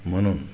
म्हणून